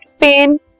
pain